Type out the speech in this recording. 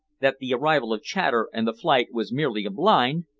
that the arrival of chater and the flight was merely a blind,